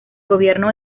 gobierno